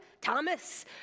Thomas